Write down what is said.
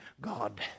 God